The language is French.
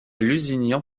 lusignan